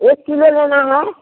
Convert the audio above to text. एक किलो लेना है